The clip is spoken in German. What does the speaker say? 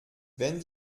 wenn